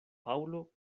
paŭlo